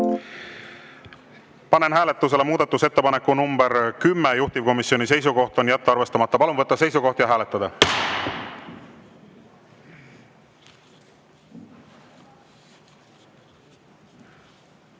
Panen hääletusele muudatusettepaneku nr 12. Juhtivkomisjoni seisukoht on jätta arvestamata. Palun võtta seisukoht ja hääletada!